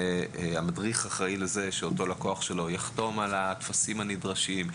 בנוהל כתוב שהמדריך אחראי שאותו לקוח שלו יחתום על הטפסים הנדרשים,